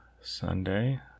Sunday